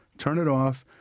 turn it off,